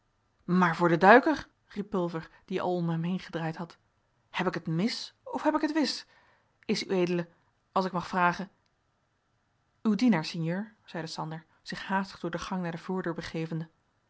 maar voor den duiker riep pulver die al om hem heen gedraaid had heb ik het mis of heb ik het wis is ued als ik mag vragen uw dienaar sinjeur zeide sander zich haastig door de gang naar de